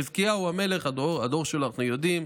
חזקיהו המלך, הדור שלו, אנחנו יודעים,